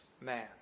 man